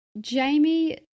Jamie